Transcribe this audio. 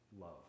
love